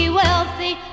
wealthy